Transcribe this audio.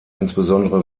insbesondere